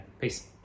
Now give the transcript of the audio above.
Peace